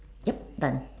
yup done